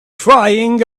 crying